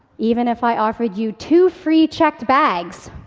even if i offered you two free checked bags,